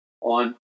on